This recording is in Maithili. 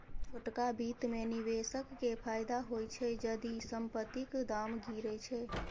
छोटका बित्त मे निबेशक केँ फायदा होइ छै जदि संपतिक दाम गिरय छै